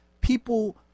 people